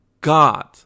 god